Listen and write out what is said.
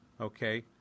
Okay